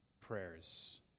prayers